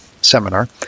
seminar